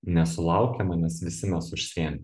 nesulaukiama nes visi mes užsiėmę